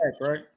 right